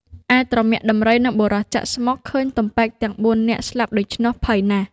ឯទ្រមាក់ដំរីនិងបុរសចាក់ស្មុគ ឃើញទំពែកទាំង ៤ នាក់ស្លាប់ដូច្នោះ ភ័យណាស់